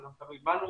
זה גם תלוי בנו